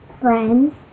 Friends